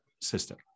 system